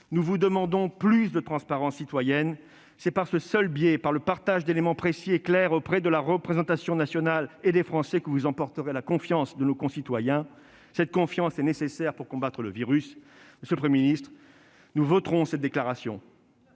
Nous vous demandons plus de transparence citoyenne : c'est par ce seul biais, par le partage d'éléments précis et clairs auprès de la représentation nationale et des Français, que vous emporterez la confiance de nos concitoyens. Cette confiance est nécessaire pour combattre le virus. Monsieur le Premier ministre, nous voterons cette déclaration,